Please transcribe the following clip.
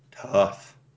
tough